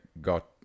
got